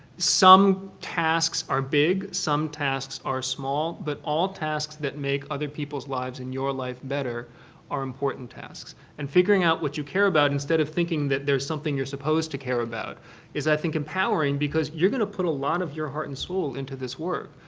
some tasks are big. some tasks are small. but all tasks that make other people's lives and your life better are important tasks. and figuring out what you care about instead of thinking that there's something you're supposed to care about is, i think, empowering because you're going to put a lot of your heart and soul into this work.